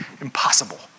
Impossible